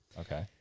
Okay